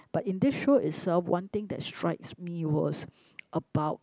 but in this show itself one thing that strikes me was about